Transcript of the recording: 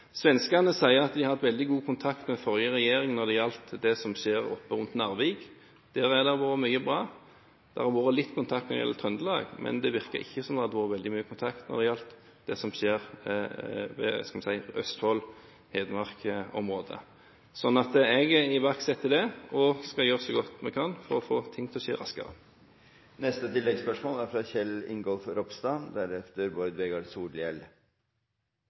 Svenskene sier at de har hatt veldig god kontakt med den forrige regjeringen når det gjelder det som skjer rundt Narvik. Der har det vært mye bra. Det har vært litt kontakt når det gjelder Trøndelag, men det virker ikke som det har vært veldig mye kontakt når det gjelder det som skjer i Østfold- og Hedmark-området. Så jeg iverksetter det. Så skal vi gjøre så godt vi kan for å få ting til å skje raskere. Kjell Ingolf Ropstad – til oppfølgingsspørsmål. Jeg er